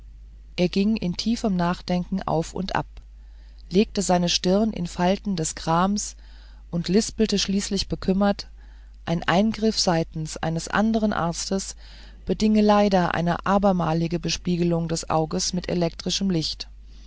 er ging in tiefem nachdenken auf und ab legte seine stirn in falten des grams und lispelte schließlich bekümmert ein eingriff seitens eines andern arztes bedinge leider eine abermalige bespiegelung des auges mit elektrischem licht